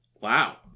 Wow